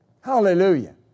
Hallelujah